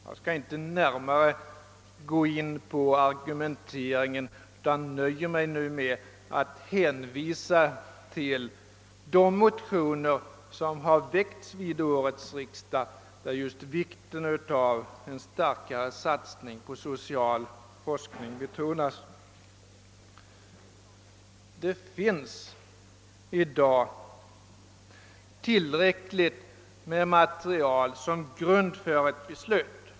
Jag skall inte närmare gå in på argumenteringen utan nöjer mig med att hänvisa till de motioner som har väckts vid årets riksdag, där just vikten av en starkare satsning på social forskning betonats. Det finns i dag tillräckligt med material som grund för ett beslut.